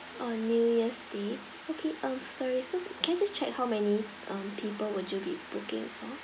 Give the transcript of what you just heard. on new year's day okay uh sorry so can I just check how many uh people would you be booking it for